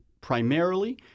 primarily